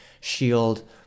shield